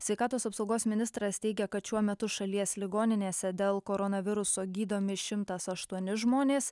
sveikatos apsaugos ministras teigia kad šiuo metu šalies ligoninėse dėl koronaviruso gydomi šimtas aštuoni žmonės